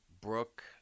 Brooke